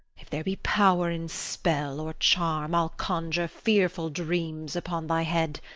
if there be power in spell or charm, i'll conjure fearful dreams upon thy head.